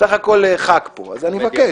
סך הכול ח"כ פה, אז אני מבקש.